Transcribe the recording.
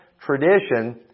Tradition